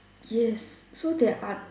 yes so there are